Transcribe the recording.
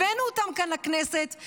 הבאנו אותם כאן, לכנסת.